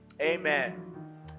Amen